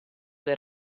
del